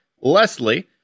Leslie